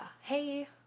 hey